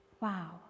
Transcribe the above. wow